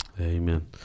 Amen